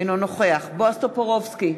אינו נוכח בועז טופורובסקי,